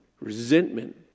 Resentment